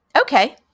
Okay